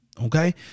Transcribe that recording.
Okay